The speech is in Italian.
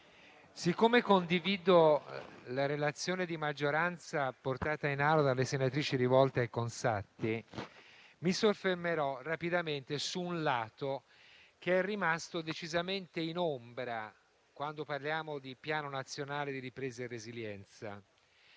siccome condivido la relazione di maggioranza portata in Assemblea dalle senatrici Rivolta e Conzatti, mi soffermerò rapidamente su un aspetto che è rimasto decisamente in ombra, quando parliamo di Piano nazionale di ripresa e resilienza.